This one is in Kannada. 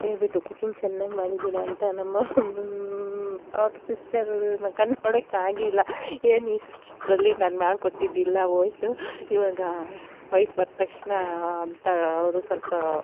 ಹೇಳಿಬಿಟ್ರು ಕುಕಿಂಗ್ ಚೆನ್ನಾಗಿ ಮಾಡಿದ್ದೀರ ಅಂತ ನಮ್ಮ ಅವ್ರ್ದು ಸಿಸ್ಟರ್ರ್ ಮುಖನು ನೋಡೊಕ್ಕೆ ಆಗಿಲ್ಲ ಏನು ಇಷ್ಟರಲ್ಲಿ ನಾನು ಮಾಡ್ಕೊಟ್ಟಿದ್ದು ಇಲ್ಲ ಹೋಯ್ತು ಇವಾಗ ವೈಫ್ ಬಂದ ತಕ್ಷಣ ಅಂತ ಅವರು ಸ್ವಲ್ಪ